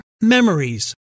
memories